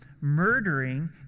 murdering